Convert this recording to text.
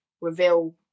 reveal